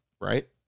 right